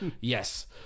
Yes